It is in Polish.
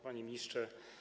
Panie Ministrze!